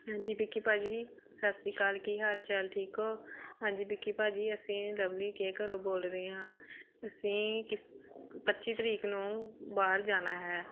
ਹਾਂਜੀ ਵਿੱਕੀ ਭਾਅ ਜੀ ਸਤਿ ਸ਼੍ਰੀ ਅਕਾਲ ਕੀ ਹਾਲ ਚਾਲ ਠੀਕ ਹੋ ਹਾਂਜੀ ਵਿੱਕੀ ਭਾਅ ਜੀ ਅਸੀਂ ਲਵਲੀ ਦੇ ਘਰੋਂ ਬੋਲ ਰਹੇ ਹਾਂ ਅਸੀਂ ਕਿਸ ਪੱਚੀ ਤਰੀਕ ਨੂੰ ਬਾਹਰ ਜਾਣਾ ਹੈ